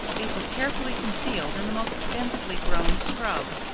it was carefully concealed in the most densely-grown scrub.